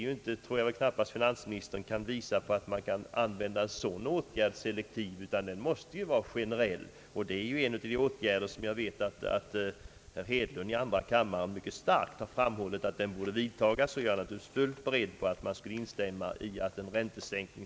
Jag tror knappast finansministern kan visa på att man kan använda en sådan åtgärd selektivt, utan den måste vara generell. Beträffande denna åtgärd vet jag att herr Hedlund i andra kammaren mycket starkt har framhållit, att den borde vidtagas. Jag är naturligtvis fullt beredd att instämma i kravet på en räntesänkning.